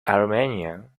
armenia